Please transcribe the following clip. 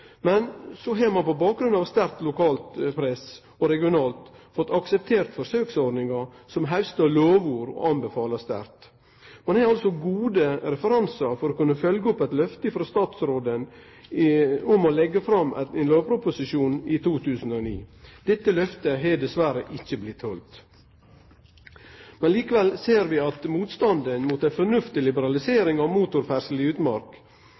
Men så har ein på bakgrunn av sterkt lokalt og regionalt press fått akseptert forsøksordningar som haustar lovord, og som ein anbefaler sterkt. Ein har altså gode referansar for å kunne følgje opp eit løfte frå statsråden om å leggje fram ein lovproposisjon i 2009. Dette løftet har dessverre ikkje blitt halde. Likevel ser vi at motstanden mot ei fornuftig liberalisering av motorferdsel i utmark